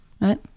Right